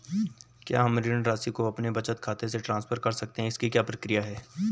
क्या हम ऋण राशि को अपने बचत खाते में ट्रांसफर कर सकते हैं इसकी क्या प्रक्रिया है?